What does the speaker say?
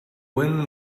when